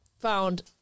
found